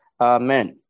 Amen